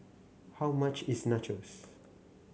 how much is Nachos